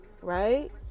Right